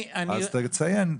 אז תציין,